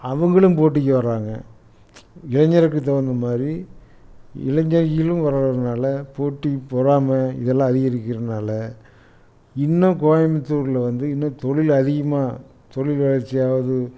அவங்களும் போட்டிக்கு வர்றாங்க இளைஞருக்கு தகுந்த மாதிரி இளைஞிகளும் வர்றதனால போட்டி பொறாமை இதெல்லாம் அதிகரிக்கிறதுனால இன்னும் கோயம்புத்தூரில் வந்து இன்னும் தொழில் அதிகமாக தொழில் வளர்ச்சி அதாவது